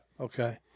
Okay